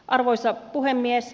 arvoisa puhemies